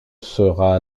sera